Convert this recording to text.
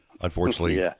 Unfortunately